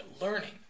learning